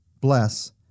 Bless